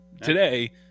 today